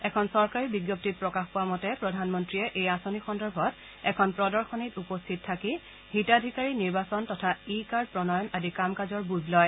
এখন চৰকাৰী বিজ্ঞপ্তিত প্ৰকাশ পোৱা মতে প্ৰধানমন্ত্ৰীয়ে এই আঁচনি সন্দৰ্ভত এখন প্ৰদশনীত উপস্থিত থাকি হিতাধিকাৰী নিৰ্বাচন তথা ই কাৰ্ড প্ৰণয়ন আদি কাম কাজৰ বুজ লয়